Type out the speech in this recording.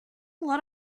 lot